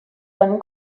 when